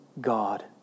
God